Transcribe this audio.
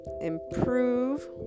improve